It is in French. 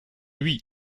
oui